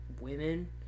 women